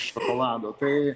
šokolado tai